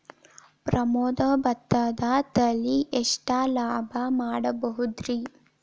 ಪ್ರಮೋದ ಭತ್ತದ ತಳಿ ಎಷ್ಟ ಲಾಭಾ ಮಾಡಬಹುದ್ರಿ?